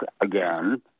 again